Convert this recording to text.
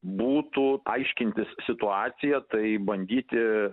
būtų aiškintis situaciją tai bandyti